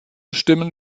stimmen